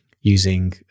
using